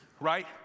right